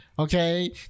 okay